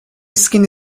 skin